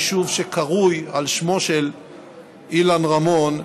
היישוב שקרוי על שמו של אילן רמון,